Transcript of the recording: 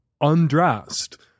undressed